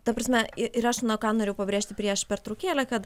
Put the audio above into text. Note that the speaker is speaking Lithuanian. ta prasme ir aš nuo ką noriu pabrėžti prieš pertraukėlę kad